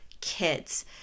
kids